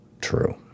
true